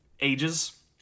ages